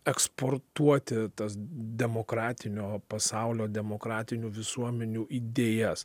eksportuoti tas demokratinio pasaulio demokratinių visuomenių idėjas